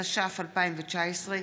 התש"ף 2019,